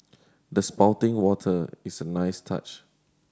the spouting water is a nice touch